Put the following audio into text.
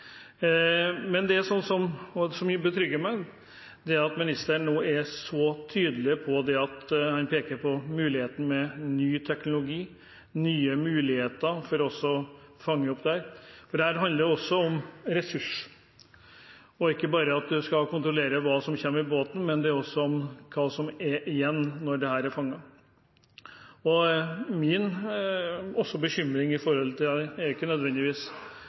Men det som betrygger meg, er at ministeren nå peker så tydelig på mulighetene med ny teknologi – nye muligheter for å fange opp dette. For dette handler også om ressurser, ikke bare om at man skal kontrollere hva som kommer med båten, men også om hva som er igjen når dette er fanget. Min bekymring er ikke nødvendigvis